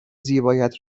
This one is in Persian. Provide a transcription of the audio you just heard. زیبایت